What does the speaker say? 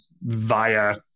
via